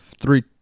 three